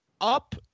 up